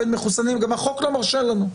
גם החוק לא מרשה לנו.